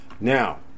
Now